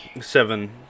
seven